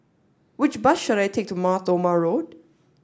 which bus should I take to Mar Thoma Road